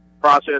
process